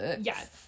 Yes